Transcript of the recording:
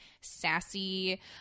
sassy-